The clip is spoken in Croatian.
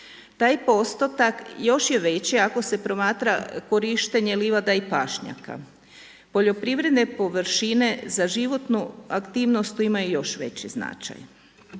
Taj postotak još je veći ako se promatra korištenje livada i pašnjaka. Poljoprivredne površine za životnu aktivnost tu ima i još veći značaj.